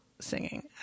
singing